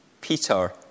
Peter